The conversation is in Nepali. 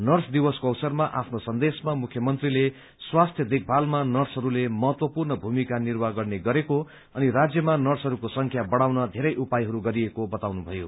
नर्स दिवसको अवसरमा आपनो सन्देशमा मुख्यमन्त्रीले स्वस्थ्य देखभालमा नर्सहरूको महत्वपूर्ण भूमिका निर्वाह गर्ने गरेको अनि राज्यमा नर्सहरूको संख्या बढ़ाउन धेरै उपायहरू गरिएको बताउनुभयो